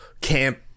camp